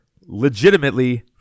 legitimately